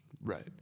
Right